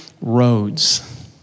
roads